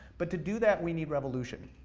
but to do that, we need revolution.